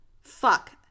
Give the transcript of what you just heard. fuck